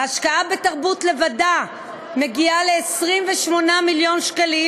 ההשקעה בתרבות לבדה מגיעה ל-28 מיליון שקלים.